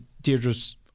Deirdre's